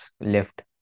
left